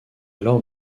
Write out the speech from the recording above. alors